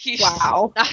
Wow